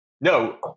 No